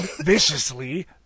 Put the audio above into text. viciously